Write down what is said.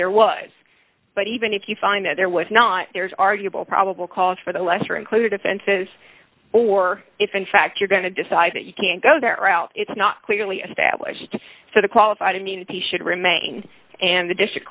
there was but even if you find that there was not there is arguable probable cause for the lesser included offenses or if in fact you're going to decide that you can't go that route it's not clearly established so the qualified immunity should remain and the district